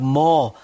more